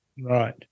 Right